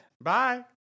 Bye